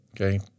Okay